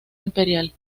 imperial